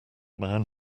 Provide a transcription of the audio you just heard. man